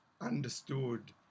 understood